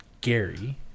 Gary